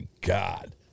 God